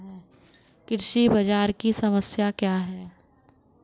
कृषि बाजार की समस्या क्या है?